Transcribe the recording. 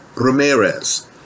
Ramirez